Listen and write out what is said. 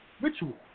ritual